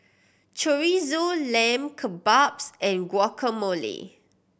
Chorizo Lamb Kebabs and Guacamole